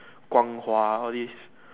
Guang Hua all this